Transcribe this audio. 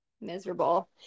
miserable